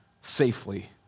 safely